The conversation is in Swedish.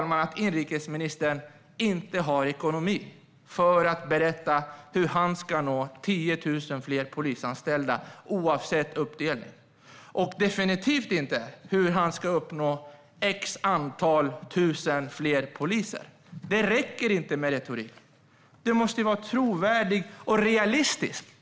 Jag förstår att inrikesministern inte har ekonomi för att berätta hur han ska nå 10 000 fler polisanställda, oavsett uppdelning, och definitivt inte hur han ska uppnå ett antal tusen fler poliser. Det räcker inte med retorik. Det måste vara trovärdigt och realistiskt.